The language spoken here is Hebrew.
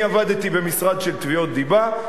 אני עבדתי במשרד של תביעות דיבה,